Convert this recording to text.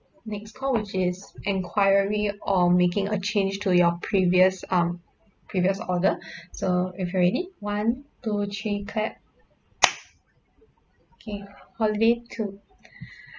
next call which is enquiry or making a change to your previous um previous order so if you're ready one two three clap okay holiday two